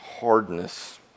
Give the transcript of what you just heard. hardness